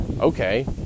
Okay